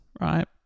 right